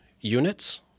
units